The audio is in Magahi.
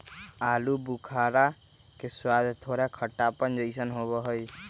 आलू बुखारा के स्वाद थोड़ा खट्टापन जयसन होबा हई